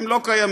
הם לא קיימים,